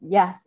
Yes